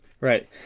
Right